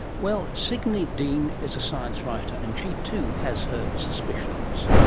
well, signe dean is a science writer and she too has her suspicions.